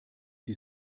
sie